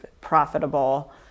profitable